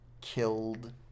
killed